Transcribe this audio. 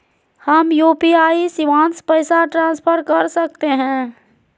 हम यू.पी.आई शिवांश पैसा ट्रांसफर कर सकते हैं?